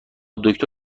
دکتر